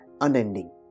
unending